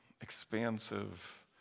expansive